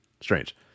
strange